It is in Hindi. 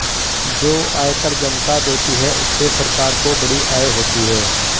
जो आयकर जनता देती है उससे सरकार को बड़ी आय होती है